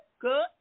Good